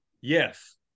Yes